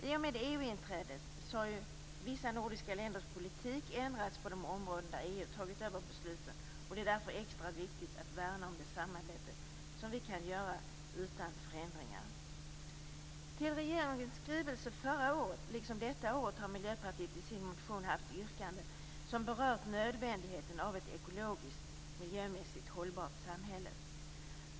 I och med EU-inträdet har vissa nordiska länders politik ändrats på de områden där EU tagit över besluten, och det är därför extra viktigt att värna om det samarbete som vi kan genomföra utan förändringar. Miljöpartiet har i sin motion med anledning av regeringens skrivelse detta år, liksom förra året, yrkanden som berör nödvändigheten av ett ekologiskt och miljömässigt hållbart samhälle.